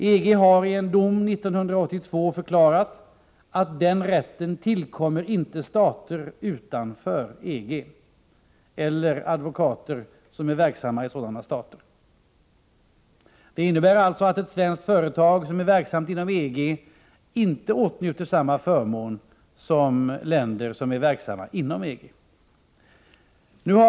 EG har i en dom 1982 förklarat att den rätten inte tillkommer stater utanför EG eller advokater som är verksamma i EG-stater. Det innebär alltså att ett svenskt företag som är verksamt inom EG inte åtnjuter samma förmån som företag som är verksamma i länder inom EG.